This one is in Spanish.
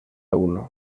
uno